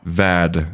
värd